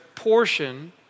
Portion